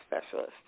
specialist